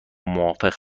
موافق